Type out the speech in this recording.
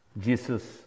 Jesus